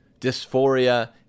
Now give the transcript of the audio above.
dysphoria